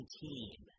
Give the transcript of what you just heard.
team